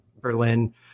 Berlin